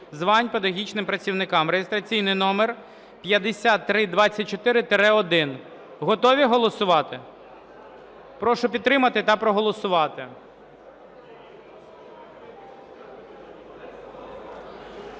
звань педагогічним працівникам (реєстраційний номер 5324-1). Готові голосувати? Прошу підтримати та проголосувати.